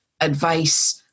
advice